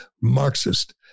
Marxist